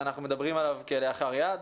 שאנחנו מדברים עליו כלאחר יד.